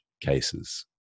cases